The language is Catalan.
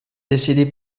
decidí